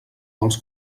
vols